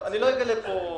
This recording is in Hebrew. אני לא אגלה כאן